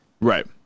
Right